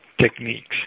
techniques